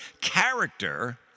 character